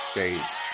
States